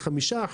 5%,